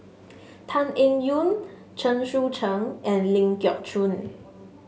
Tan Eng Yoon Chen Sucheng and Ling Geok Choon